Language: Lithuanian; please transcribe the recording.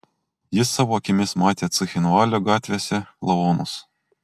jis savo akimis matė cchinvalio gatvėse lavonus